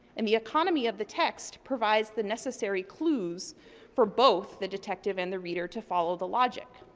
and the economy of the text provides the necessary clues for both the detective and the reader to follow the logic.